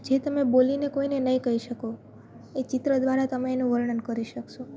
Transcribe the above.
જે તમે બોલીને કોઈને નહીં કહી શકો એ ચિત્ર દ્વારા તમે એનું વર્ણન કરી શકશો